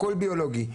הכול ביולוגי.